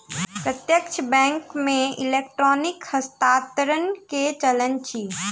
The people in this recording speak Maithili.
प्रत्यक्ष बैंक मे इलेक्ट्रॉनिक हस्तांतरण के चलन अछि